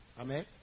Amen